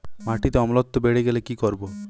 মাটিতে অম্লত্ব বেড়েগেলে কি করব?